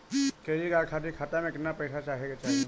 Credit card खातिर खाता में केतना पइसा रहे के चाही?